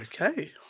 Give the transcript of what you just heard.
Okay